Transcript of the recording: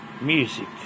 music